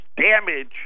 damage